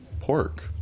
pork